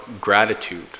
gratitude